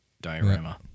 diorama